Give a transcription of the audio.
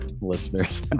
listeners